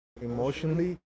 emotionally